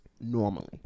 normally